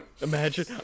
imagine